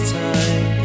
time